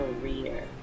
career